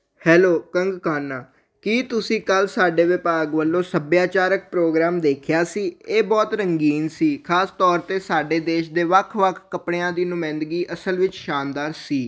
hello Kangkana ਕੀ ਤੁਸੀਂ ਕੱਲ੍ਹ ਸਾਡੇ ਵਿਭਾਗ ਵੱਲੋਂ ਸੱਭਿਆਚਾਰਕ ਪ੍ਰੋਗਰਾਮ ਦੇਖਿਆ ਸੀ ਇਹ ਬਹੁਤ ਰੰਗੀਨ ਸੀ ਖਾਸ ਤੌਰ 'ਤੇ ਸਾਡੇ ਦੇਸ਼ ਦੇ ਵੱਖ ਵੱਖ ਕੱਪੜਿਆਂ ਦੀ ਨੁਮਾਇੰਦਗੀ ਅਸਲ ਵਿੱਚ ਸ਼ਾਨਦਾਰ ਸੀ